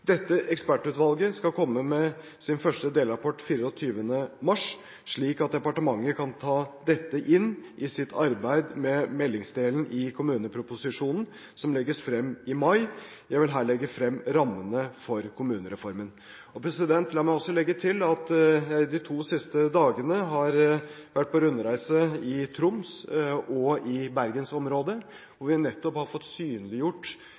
Dette ekspertutvalget skal komme med sin første delrapport 24. mars, slik at departementet kan ta dette inn i sitt arbeid med meldingsdelen i kommuneproposisjonen, som legges frem i mai. Jeg vil her legge frem rammene for kommunereformen. La meg også legge til at jeg de to siste dagene har vært på rundreise i Troms og i bergensområdet, hvor vi nettopp har fått synliggjort